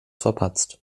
verpatzt